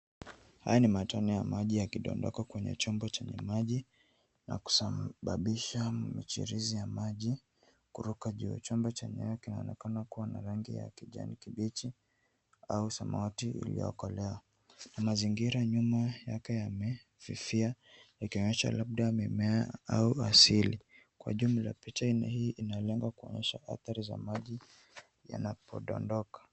Haya ni matone ya maji yakidondoka kwenye chombo chenye maji, na kusababisha mchiririzi wa maji kuruka juu. Chombo chenyewe kinaonekana kuwa na rangi ya kijani kibichi au samawati iliyokolea na mazingira nyuma yake yamefifia yakionyesha labda mimea au asili. Kwa jumla picha hii inalenga kuonyesha athari za maji yanapodondoka.